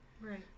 Right